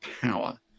power